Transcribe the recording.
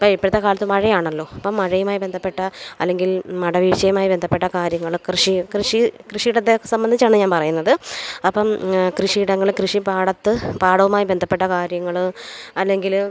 ഇപ്പോൾ ഇപ്പോഴത്തെ കാലത്ത് മഴയാണല്ലോ അപ്പോൾ മഴയുമായി ബന്ധപ്പെട്ട അല്ലെങ്കിൽ മടവീഴ്ച്ചയുമായി ബന്ധപ്പെട്ട കാര്യങ്ങൾ കൃഷി കൃഷി കൃഷിയിടത്തെ സംബന്ധിച്ചാണ് ഞാൻ പറയുന്നത് അപ്പം കൃഷിയിടങ്ങൾ കൃഷി പാടത്ത് പാടവുമായി ബന്ധപ്പെട്ട കാര്യങ്ങൾ അല്ലെങ്കിൽ